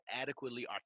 adequately